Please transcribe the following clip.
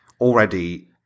Already